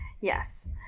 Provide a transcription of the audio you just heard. Yes